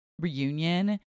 reunion